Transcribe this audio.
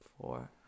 four